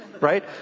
Right